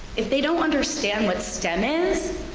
if they don't understand what stem is,